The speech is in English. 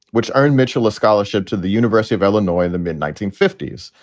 which earned mitchell a scholarship to the university of illinois in the mid nineteen fifty s.